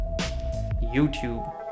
YouTube